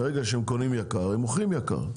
ברגע שהם קונים במחיר יקר, הם מוכרים ביקר.